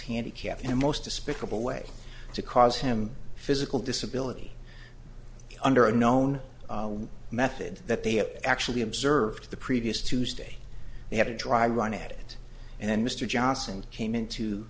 handicapped and most despicable way to cause him physical disability under a known method that they have actually observed the previous tuesday they had a dry run at it and then mr johnson came into